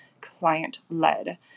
client-led